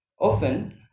Often